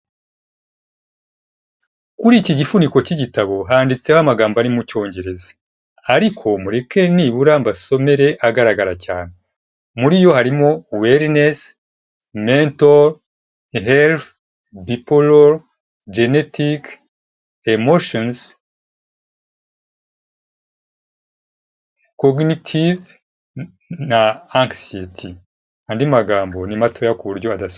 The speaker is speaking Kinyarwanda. Kuri iki gifuniko cy'igitabo handitseho amagambo ari mu cyongereza ,ariko mureke nibura mbasomere agaragara cyane, muri yo harimo welinesi, mento, helifu, bipolo, jenetike, emoshons, koginitive na angisiyeti, andi magambo ni mato ku buryo utayabona.